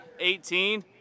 18